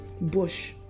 bush